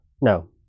no